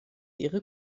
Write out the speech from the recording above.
ihre